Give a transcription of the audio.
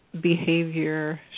behavior